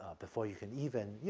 ah before you can even, you